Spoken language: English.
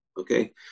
Okay